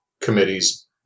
committee's